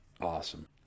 Awesome